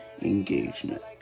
engagement